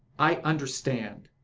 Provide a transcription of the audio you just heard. i understand.